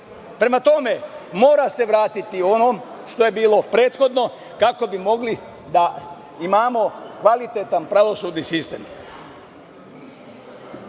Prema tome, mora se vratiti onom što je bilo prethodno kako bi mogli da imamo kvalitetan pravosudni sistem. Od